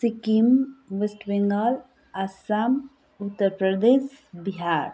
Sikkim west Bengal Assam Uttar Pradesh Bihar